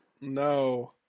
No